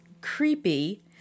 creepy